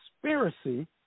conspiracy